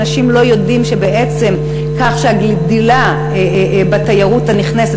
אנשים לא יודעים שבעצם הגדילה בתיירות הנכנסת